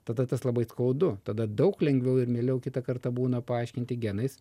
tada tas labai skaudu tada daug lengviau ir mieliau kitą kartą būna paaiškinti genais